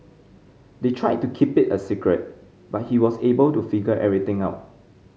they tried to keep it a secret but he was able to figure everything out